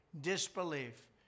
disbelief